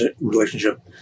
relationship